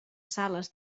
sales